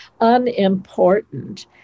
unimportant